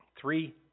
Three